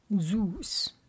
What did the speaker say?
Zeus